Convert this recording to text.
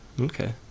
Okay